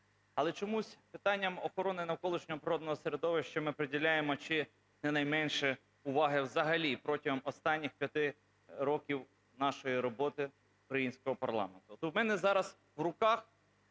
Але чомусь питанням охорони навколишнього природного середовища ми приділяємо чи не найменше уваги взагалі протягом останніх 5 років нашої роботи, українського парламенту. У мене зараз в руках